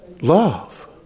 love